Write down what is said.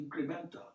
incremental